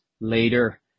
later